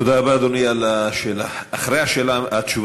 תודה רבה, אדוני, על התשובה המפורטת.